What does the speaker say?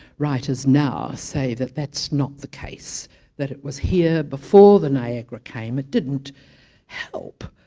writers now say that that's not the case that it was here before the niagara came. it didn't help,